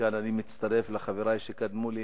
מכאן אני מצטרף לחברי שקדמו לי